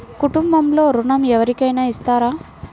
కుటుంబంలో ఋణం ఎవరికైనా ఇస్తారా?